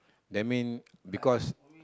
that mean because